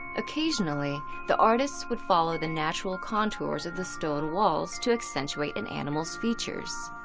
occasionally, the artists would follow the natural contours of the stone walls to accentuate an animal's features.